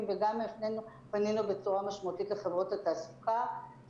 וגם פנינו בצורה משמעותית לחברות התעסוקה.